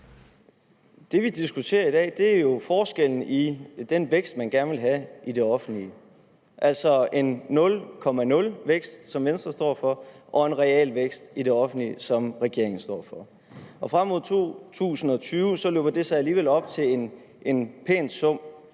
Det, vi diskuterer i dag, er jo forskellen på den vækst, man gerne vil have i det offentlige, altså enten den nulvækst, som Venstre står for, eller en realvækst i det offentlige, som regeringen står for. Frem mod år 2020 løber det alligevel op i en pæn sum